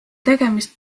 tegemist